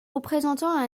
représentant